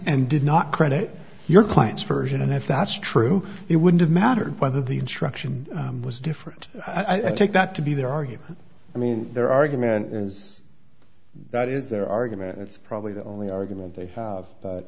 and did not credit your client's version and if that's true it wouldn't have mattered whether the instruction was different i take that to be their argue i mean their argument is that is their argument that's probably the only argument they have